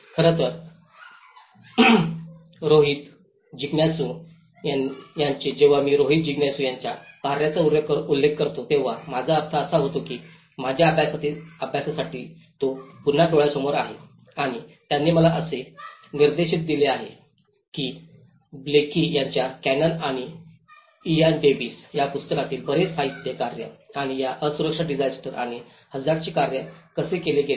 खरं तर रोहित जिग्यासूRohit Jigyasu's यांचे जेव्हा मी रोहित जिग्यासू यांच्या कार्याचा उल्लेख करतो तेव्हा माझा अर्थ असा होतो की माझ्या अभ्यासासाठी तो पुन्हा डोळ्यांसमोर आहे आणि त्यांनी मला असे निर्देश दिले आहेत की ब्लेकीBlaikie's यांच्या कॅनन आणि इयान डेव्हिस या पुस्तकातील बरेच साहित्य कार्य आणि या असुरक्षा डिसास्टर आणि हझार्डचे कार्य कसे केले गेले